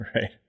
Right